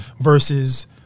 versus